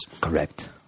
Correct